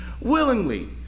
willingly